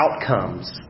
outcomes